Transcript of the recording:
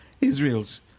Israel's